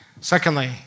Secondly